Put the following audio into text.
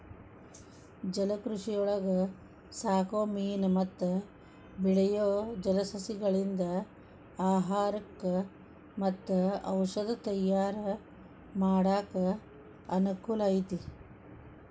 ಜಲಕೃಷಿಯೊಳಗ ಸಾಕೋ ಮೇನು ಮತ್ತ ಬೆಳಿಯೋ ಜಲಸಸಿಗಳಿಂದ ಆಹಾರಕ್ಕ್ ಮತ್ತ ಔಷದ ತಯಾರ್ ಮಾಡಾಕ ಅನಕೂಲ ಐತಿ